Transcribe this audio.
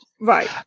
Right